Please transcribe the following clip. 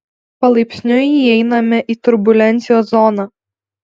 palaipsniui įeiname į turbulencijos zoną